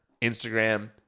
Instagram